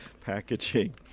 packaging